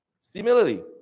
Similarly